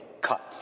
cuts